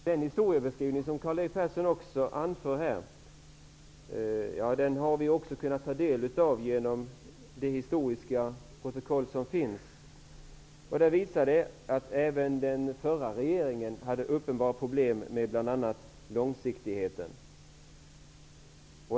Den historieskrivning som Karl-Erik Persson anför har vi kunnat ta del av genom det historiska protokoll som finns. Av det kan man se att även den förra regeringen hade uppenbara problem med bl.a. långsiktigheten.